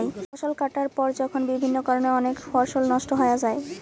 ফসল কাটার পর যখন বিভিন্ন কারণে অনেক ফসল নষ্ট হয়া যাই